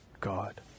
God